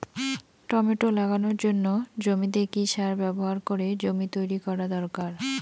Tomato লাগানোর জন্য জমিতে কি সার ব্যবহার করে জমি তৈরি করা দরকার?